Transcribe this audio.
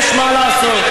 יש מה לעשות.